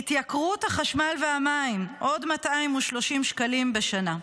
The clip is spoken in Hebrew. התייקרות החשמל והמים, עוד 230 שקלים בשנה,